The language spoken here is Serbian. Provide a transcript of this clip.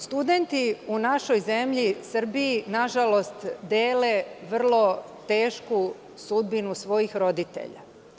Studenti u našoj zemlji Srbiji, nažalost, dele vrlo tešku sudbinu svojih roditelja.